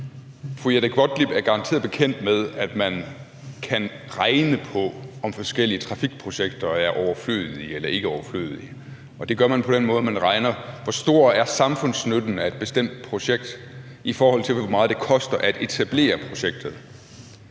Jette Gottlieb er garanteret bekendt med, at man kan regne på, om forskellige trafikprojekter er overflødige eller ikke overflødige, og det gør man på den måde, at man regner på, hvor stor samfundsnytten af et bestemt projekt er, i forhold til hvor meget det koster at etablere projektet.